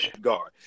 guard